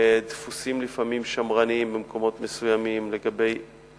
לפעמים דפוסים שמרניים במקומות מסוימים לגבי